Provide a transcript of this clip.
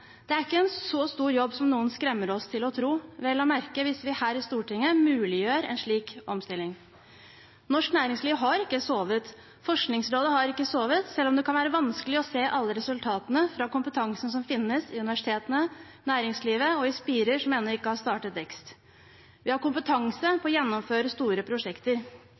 Dette er ikke en så stor jobb som noen skremmer oss til å tro, vel å merke hvis vi her i Stortinget muliggjør en slik omstilling. Norsk næringsliv har ikke sovet, Forskningsrådet har ikke sovet, selv om det kan være vanskelig å se alle resultatene fra kompetansen som finnes i universitetene, i næringslivet og i spirer som ennå ikke har startet vekst. Vi har kompetanse på å gjennomføre store prosjekter.